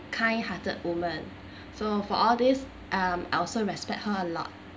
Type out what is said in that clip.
kind hearted woman so for all this um I also respect her a lot